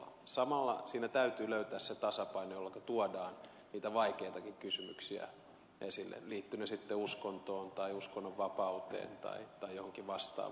samalla siinä täytyy löytää se tasapaino jolloinka tuodaan niitä vaikeitakin kysymyksiä esille liittyvät ne sitten uskontoon tai uskonnonvapauteen tai johonkin vastaavaan